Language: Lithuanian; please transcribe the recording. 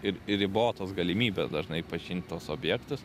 ir ribotos galimybės dažnai pažint tuos objektus